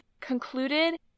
Concluded